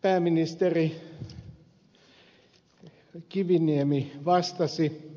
pääministeri kiviniemi vastasi